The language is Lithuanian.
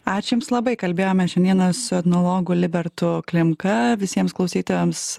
ačiū jums labai kalbėjome šiandieną su etnologu libertu klimka visiems klausytojams